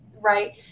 right